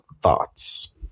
Thoughts